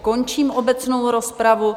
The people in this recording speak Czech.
Končím obecnou rozpravu.